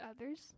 others